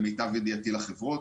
למיטב ידיעתי.